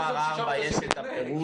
בשקף מספר 4 יש את הפירוט.